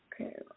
Okay